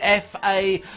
FA